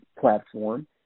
platform